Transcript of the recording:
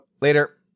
later